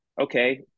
Okay